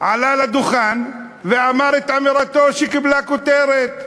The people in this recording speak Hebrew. עלה לדוכן ואמר את אמירתו שקיבלה כותרת.